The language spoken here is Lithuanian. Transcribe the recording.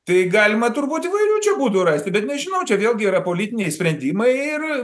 tai galima turbūt įvairių būdų rasti bet nežinau čia vėlgi yra politiniai sprendimai ir